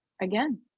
again